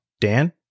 Dan